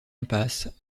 impasse